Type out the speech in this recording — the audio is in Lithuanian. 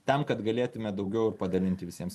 tam kad galėtume daugiau ir padalinti visiems